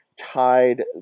tied